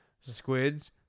Squids